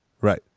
Right